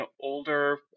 older